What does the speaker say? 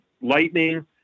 Lightning